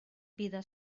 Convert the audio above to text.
vida